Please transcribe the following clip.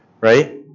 right